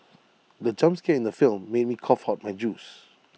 the jump scare in the film made me cough out my juice